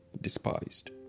despised